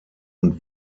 und